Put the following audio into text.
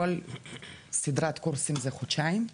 כל סדרת קורסים היא חודשיים,